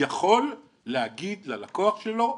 יכול להגיד ללקוח שלו,